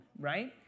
right